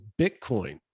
Bitcoin